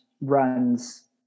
runs